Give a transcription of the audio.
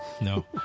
No